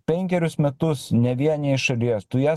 penkerius metus nevieniji šalies tu ją